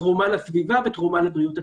תרומה לסביבה ותרומה לבריאות הציבור.